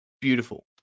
beautiful